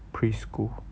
preschool